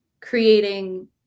creating